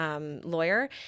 lawyer